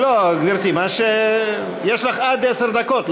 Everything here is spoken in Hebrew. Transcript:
גברתי, יש לך עד עשר דקות.